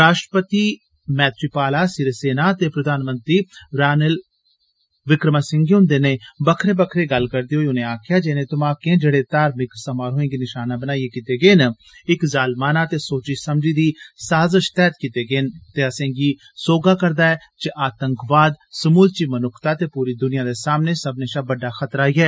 राष्ट्रपति मैत्रीपाला सिरीसेना ते प्रधानमंत्री रानिल विक्रमासिंहे हन्दे नै बक्खरे बक्खरे गल्ल करदे होई आक्खेया जे इने धमार्के जेड़े धार्मिक समारोहें गी नशाना बनाइयै कीते गेन इक जालमाना ते सोची समझी दी साजश तैहत कीते गेदे न असेंगी सोहगा करदा ऐ जे आतंकवाद समूलची मनुक्खता ते पूरी दुनिया दे सामने सब्बने शा बड्डा खतरा ऐ